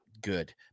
good